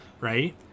right